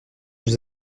nous